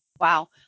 Wow